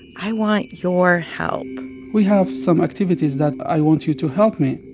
i want your help we have some activities that i want you to help me.